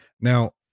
Now